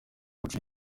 gucika